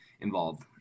involved